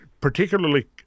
particularly